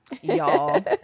Y'all